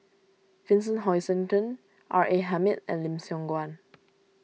Vincent Hoisington R A Hamid and Lim Siong Guan